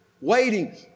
waiting